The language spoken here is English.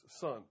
son